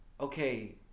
Okay